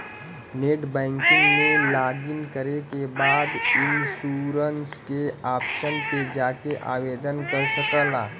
net banking में login करे के बाद इन्शुरन्स के ऑप्शन पे जाके आवेदन कर सकला